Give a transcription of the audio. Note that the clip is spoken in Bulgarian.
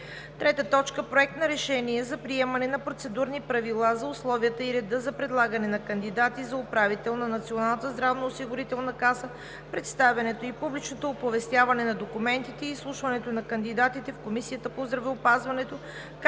2020 г. 3. Проект за решение за приемане на процедурни правила за условията и реда за предлагане на кандидати за управител на Националната здравноосигурителна каса, представянето и публичното оповестяване на документите и изслушването на кандидатите в Комисията по здравеопазването,